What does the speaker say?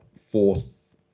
fourth